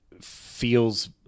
feels